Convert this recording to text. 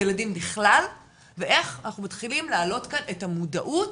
ילדים בכלל ואיך אנחנו מתחילים להעלות כאן את המודעות.